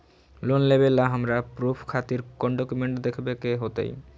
Loan लेबे ला हमरा प्रूफ खातिर कौन डॉक्यूमेंट देखबे के होतई?